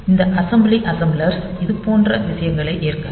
இந்த assembly assemblers இது போன்ற விஷயங்களை ஏற்காது